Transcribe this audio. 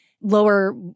lower